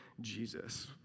Jesus